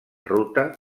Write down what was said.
ruta